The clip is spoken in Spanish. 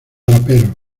raperos